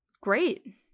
great